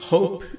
Hope